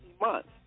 months